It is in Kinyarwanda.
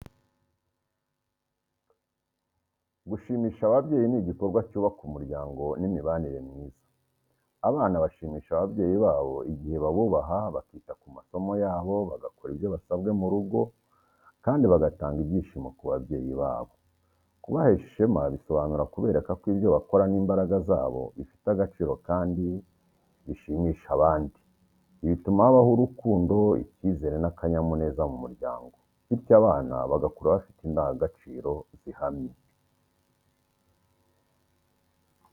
Gushimisha ababyeyi ni igikorwa cyubaka umuryango n’imibanire myiza. Abana bashimisha ababyeyi babo igihe babubaha, bakita ku masomo yabo, bagakora ibyo basabwe mu rugo kandi bagatanga ibyishimo ku babyeyi babo. Kubahesha ishema bisobanura kubereka ko ibyo bakora n’imbaraga zabo, bifite agaciro kandi bishimisha abandi. Ibi bituma habaho urukundo, icyizere n’akanyamuneza mu muryango, bityo abana bagakura bafite indangagaciro zihamye.